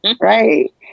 right